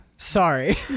sorry